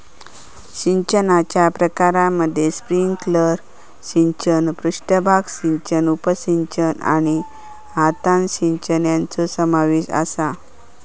सिंचनाच्या प्रकारांमध्ये स्प्रिंकलर सिंचन, पृष्ठभाग सिंचन, उपसिंचन आणि हातान सिंचन यांचो समावेश आसा